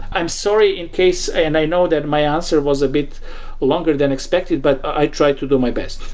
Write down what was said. i'm sorry in case and i know that my answer was a bit longer than expected, but i tried to do my best.